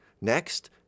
next